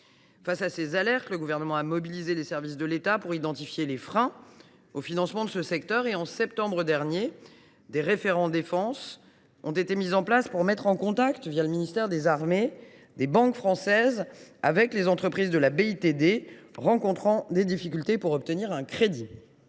Face à ces alertes, le Gouvernement a mobilisé les services de l’État pour identifier les freins au financement du secteur. En septembre dernier, des « référents défense » ont été mis en place pour mettre en contact, le ministère des armées, des banques françaises avec les entreprises de la BITD rencontrant des difficultés pour obtenir un crédit.